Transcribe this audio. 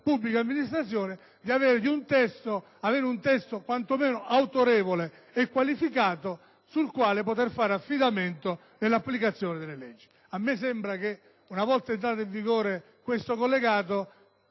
pubblica amministrazione, di disporre di una fonte, quantomeno autorevole e qualificata, sulla quale poter far affidamento nell'applicazione delle leggi. A mio modesto avviso, una volta entrato in vigore questo collegato